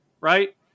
right